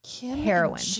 heroin